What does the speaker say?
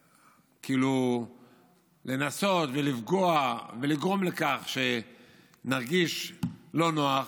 שהדרך לנסות לפגוע ולגרום לכך שנרגיש לא נוח,